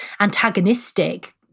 antagonistic